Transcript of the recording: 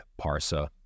Parsa